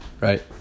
right